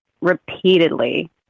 repeatedly